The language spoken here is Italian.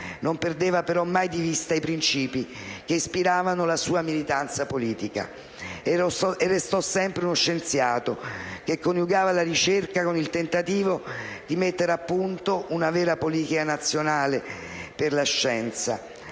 non perdeva però mai di vista i principi che ispiravano la sua militanza politica. E restò sempre uno scienziato, che coniugava la ricerca con il tentativo di mettere a punto una vera politica nazionale per la scienza,